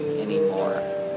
anymore